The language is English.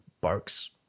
barks